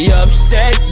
upset